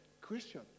Christian